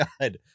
God